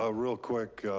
ah real quick,